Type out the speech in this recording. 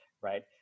right